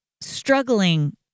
struggling